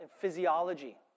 physiology